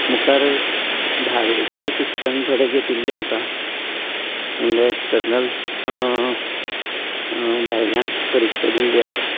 मुखार धावेचेंय शिक्षण थोडें घेतिल्लें आसा म्हणल्यार एक्स्टरनल भायल्यान परिक्षा दिल्ली आसा